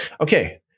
Okay